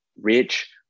rich